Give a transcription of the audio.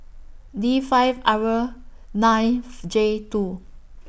D five R ninth J two